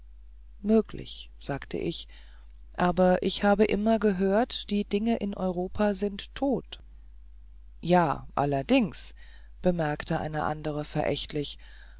möglich sagte ich aber ich habe immer gehört die dinge in europa sind tot ja allerdings bemerkte eine andere verächtlich